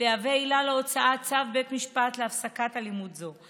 תהווה עילה להוצאת צו בית משפט להפסקת אלימות זו.